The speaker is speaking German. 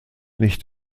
nicht